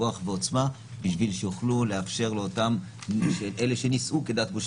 כוח ועוצמה בשביל שיוכלו לאפשר לאותם אלה שנישאו כדת משה